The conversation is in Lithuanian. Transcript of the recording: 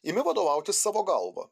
imi vadovautis savo galva